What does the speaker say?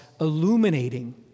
illuminating